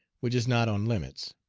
which is not on limits.